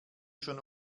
schon